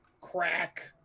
crack